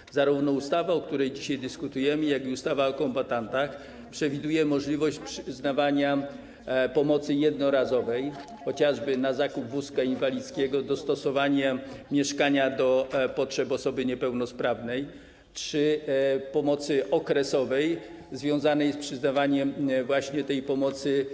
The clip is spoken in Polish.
Ustawy, zarówno ustawa, o której dzisiaj dyskutujemy, jak i ustawa o kombatantach, przewidują możliwość przyznawania jednorazowej pomocy, chociażby na zakup wózka inwalidzkiego lub dostosowanie mieszkania do potrzeb osoby niepełnosprawnej, czy pomocy okresowej związanej z przyznawaniem takiej pomocy